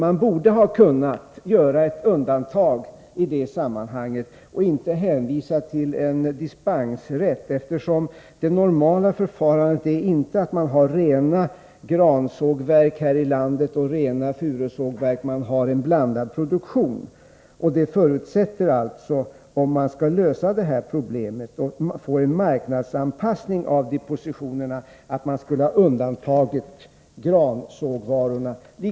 Man borde ha kunnat göra ett undantag i detta sammanhang i stället för att hänvisa till en dispensrätt. Det normala förfarandet är inte att man här i landet har rena gransågverk och rena furusågverk. Man har en blandad produktion. Om man skall lösa detta problem och få en marknadsanpassning av depositionerna, förutsätter det att man undantar gransågvarorna.